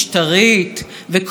באופן מקרי ביותר,